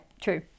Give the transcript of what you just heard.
true